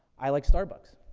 i like starbucks.